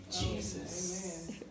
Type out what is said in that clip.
Jesus